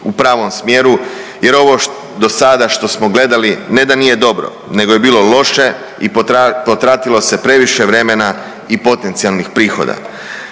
u pravom smjeru jer ovo do sada što smo gledali ne da nije dobro nego je bilo loše i potratilo se previše vremena i potencijalnih prihoda.